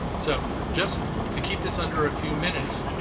so just to keep this under a few minutes,